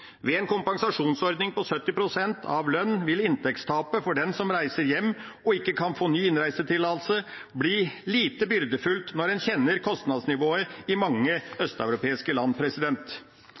Ved en kompensasjonsordning på 70 pst. av lønn vil inntektstapet for den som reiser hjem og ikke kan få ny innreisetillatelse, bli lite byrdefullt når en kjenner kostnadsnivået i mange østeuropeiske land.